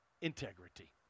Integrity